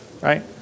right